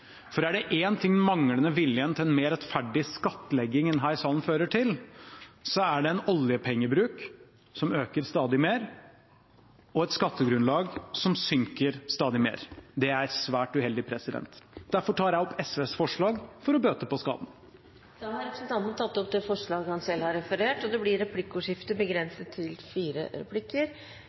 manglende viljen til en mer rettferdig skattlegging i denne salen fører til, er det en oljepengebruk som øker stadig mer, og et skattegrunnlag som synker stadig mer. Det er svært uheldig. Derfor tar jeg opp SVs forslag – for å bøte på skaden. Representanten Snorre Serigstad Valen har tatt opp de forslagene han refererte til. Det blir replikkordskifte.